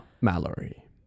Mallory